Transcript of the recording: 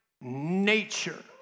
nature